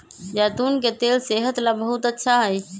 जैतून के तेल सेहत ला बहुत अच्छा हई